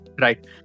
Right